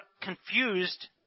confused